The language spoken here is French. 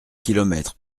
kilomètres